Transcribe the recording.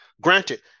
Granted